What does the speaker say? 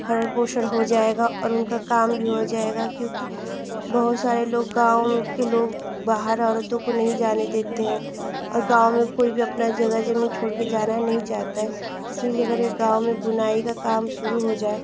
पालन पोषण हो जाएगा और उनका काम भी हो जाएगा क्योंकि बहुत सारे लोग गाँव के लोग बाहर औरतों को नहीं जाने देते हैं और गाँव में कोई भी अपनी ज़गह ज़मीन छोड़कर जाना नहीं चाहता है इसीलिए अगर यह गाँव में बुनाई का काम शुरू हो जाए